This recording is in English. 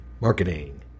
marketing